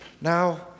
now